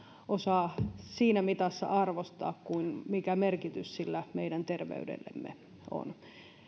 osaa siinä mitassa arvostaa kuin mikä merkitys sillä meidän terveydellemme on